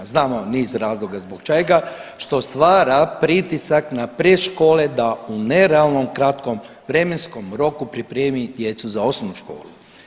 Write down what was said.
Znamo niz razloga zbog čega, što stvara pritisak na predškole da u nerealno kratkom vremenskom roku pripremi djecu za osnovnu školu.